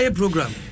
program